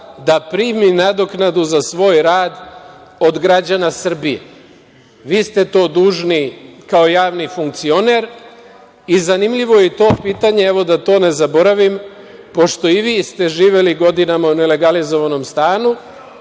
da primi nadoknadu za svoj rad od građana Srbije. Vi ste to dužni, kao javni funkcioner, i zanimljivo je i to pitanje, evo, da to ne zaboravim, pošto i vi ste živeli godinama u nelegalizovanom stanu,